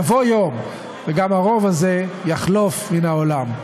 יבוא יום וגם הרוב הזה יחלוף מן העולם.